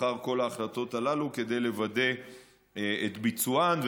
אחר כל ההחלטות הללו כדי לוודא את ביצוען.